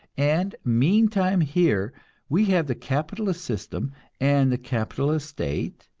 and meantime here we have the capitalist system and the capitalist state,